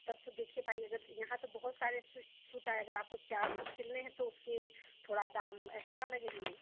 तब तो देखिए भाई अगर यहाँ तो बहुत सारे सुष सूट आए अगर आपको चार सूट सिलने हैं तो उसके थोड़ा दाम एक्स्ट्रा लगेंगे